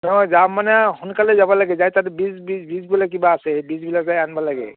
নহয় যাম মানে সোনকালে যাব লাগে যাই তাতে বীজ বীজ বীজ বোলে কিবা আছে বীজবিলাক যাই আনিব লাগে